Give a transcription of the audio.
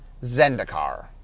Zendikar